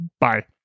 Bye